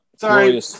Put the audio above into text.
Sorry